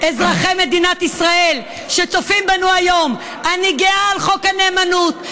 אזרחי מדינת ישראל שצופים בנו היום: אני גאה על חוק הנאמנות,